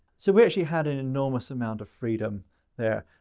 so, we actually had an enormous amount of freedom there.